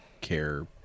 care